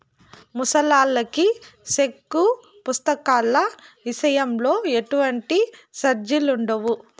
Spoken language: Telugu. ముసలాల్లకి సెక్కు పుస్తకాల ఇసయంలో ఎటువంటి సార్జిలుండవు